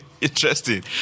interesting